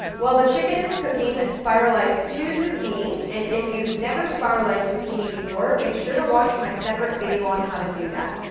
while the chicken is cooking, spiralize two zucchini, and if you've never spiralized zucchini before, make sure to watch my separate video on how to do that.